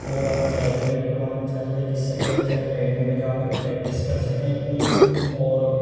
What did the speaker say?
اور اکیڈمی بھی کھلوانی چاہیے جس سے کہ بچہ اکیڈمی میں جا کر پریکٹس کر سکیں اپنی اور